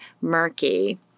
murky